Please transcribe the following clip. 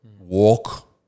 walk